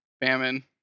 Famine